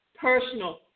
personal